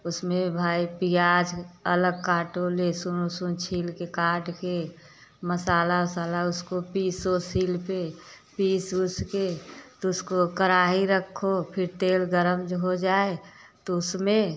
उसमें भाई प्याज अलग काटो लेहसुन ओसुन छील के काट के मसाला ओसाला उसको पीसो सिल पे पीस ओस के तो उसको कराही रखो फिर तेल गरम जो हो जाए तो उसमें